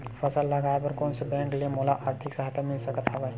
फसल लगाये बर कोन से बैंक ले मोला आर्थिक सहायता मिल सकत हवय?